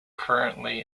currently